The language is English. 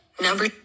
Number